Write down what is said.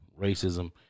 Racism